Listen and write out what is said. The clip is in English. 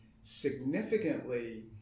significantly